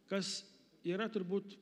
kas yra turbūt